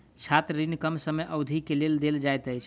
छात्र ऋण कम समय अवधि के लेल देल जाइत अछि